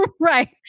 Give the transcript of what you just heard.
Right